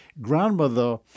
grandmother